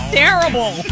terrible